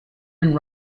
and